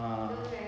ah